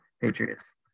Patriots